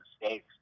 mistakes